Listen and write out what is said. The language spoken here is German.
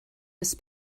das